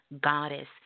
goddess